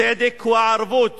צדק הוא הערבות